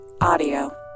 Audio